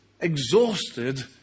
exhausted